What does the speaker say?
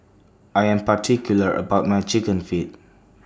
I Am particular about My Chicken Feet